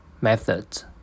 Methods